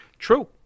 True